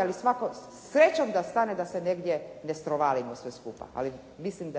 ali srećom da stane da se negdje ne strovalimo sve skupa. Ali mislim